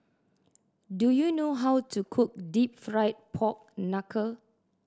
do you know how to cook Deep Fried Pork Knuckle